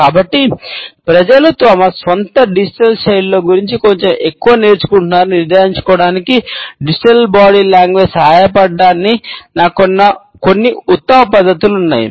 కాబట్టి ప్రజలు తమ సొంత డిజిటల్ ను తెలివిగా ఉపయోగిచుకోవడానికి వారికి సహాయపడటానికి నాకు కొన్ని ఉత్తమ పద్ధతులు ఉన్నాయి